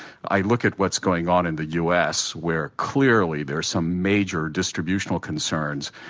i look at what's going on in the u s, where clearly there are some major distributional concerns,